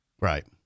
right